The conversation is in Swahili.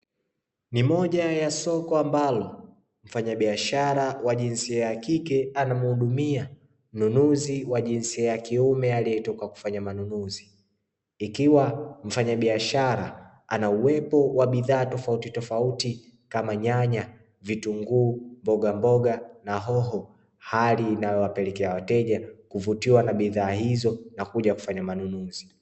Ni moja ya soko ambalo mfanyabiashara wa jinsia ya kike anaemuhudumia mnunuzi wa jinsia ya kiume alietoka kufanya manunuzi, ikiwa ni mfanyabiashara anauwepo na bidhaa tofauti kama vitunguu, mboga mboga na hoho. Hali inayopelekea wateja kuvutia na bidhaa hizo na kuja kufanya manunuzi.